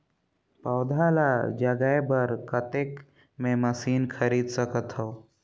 पौधा ल जगाय बर कतेक मे मशीन खरीद सकथव?